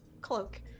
cloak